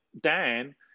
Dan